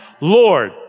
Lord